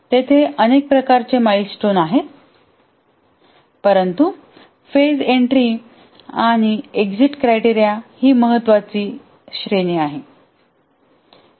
तेथे अनेक प्रकारांचे माइलस्टोन आहेत परंतु फेजएन्ट्री आणि एक्झिट क्रायटेरिया ही महत्त्वाची श्रेणी आहे